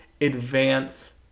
advance